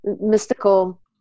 mystical